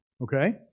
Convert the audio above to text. okay